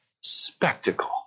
spectacle